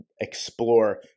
explore